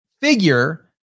figure